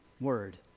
word